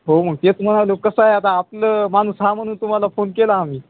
हो मग तेच म्हणून हलो कसं आहे आता आपलं माणूस हा म्हणून तुम्हाला फोन केला आम्ही